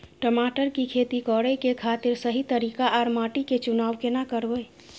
टमाटर की खेती करै के खातिर सही तरीका आर माटी के चुनाव केना करबै?